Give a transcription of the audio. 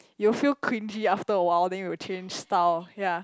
you'll feel clingy after awhile then you will change style ya